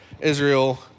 Israel